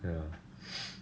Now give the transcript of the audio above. ya